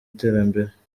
iterambere